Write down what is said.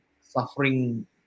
suffering